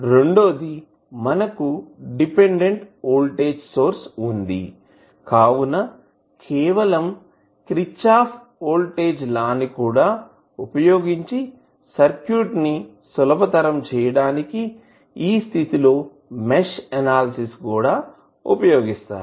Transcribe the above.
రెండోది మనకు dependent voltage source ఉంది కావున కేవలం క్రిచ్చాఫ్ వోల్టేజ్ లా ని కూడా వుపయోగించి సర్క్యూట్ ని సులభతరం చేయడానికి ఈ స్థితి లో మెష్ ఎనాలిసిస్ కూడా ఉపయోగిస్తారు